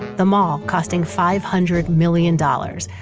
the mall, costing five hundred million dollars,